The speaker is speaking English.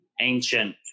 ancient